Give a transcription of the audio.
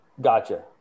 gotcha